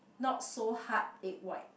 not so hard egg white